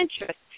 interest